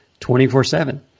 24-7